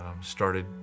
Started